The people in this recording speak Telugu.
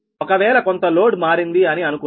ఒకవేళ కొంత లోడ్ మారింది అని అనుకుందాం